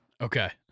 Okay